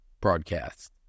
broadcast